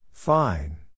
Fine